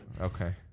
Okay